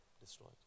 destroyed